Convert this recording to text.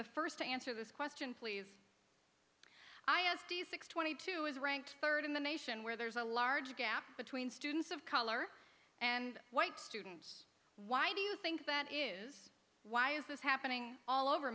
the first to answer this question please i ask do you think twenty two is ranked third in the nation where there's a large gap between students of color and white students why do you think that is why is this happening all over